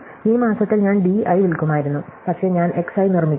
ഈ മാസത്തിൽ ഞാൻ di വിൽക്കുമായിരുന്നു പക്ഷേ ഞാൻ X i നിർമ്മിക്കുന്നു